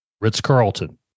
Ritz-Carlton